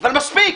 אבל מספיק,